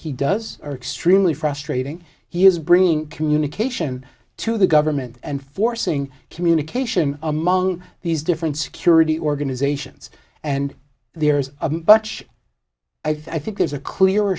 he does are extremely frustrating he is bringing communication to the government and forcing communication among these different security organizations and there's a bunch i think there's a clear